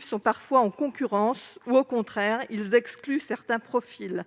sont parfois en concurrence ou, au contraire, excluent certains profils.